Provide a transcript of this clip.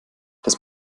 das